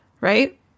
Right